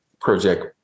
Project